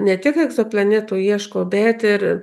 ne tik egzoplanetų ieško bet ir